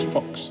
Fox